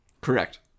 Correct